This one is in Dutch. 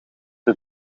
die